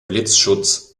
blitzschutz